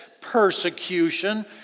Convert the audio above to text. persecution